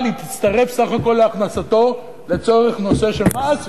אבל היא תצטרף בסך הכול להכנסתו לצורך הנושא של מס,